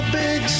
big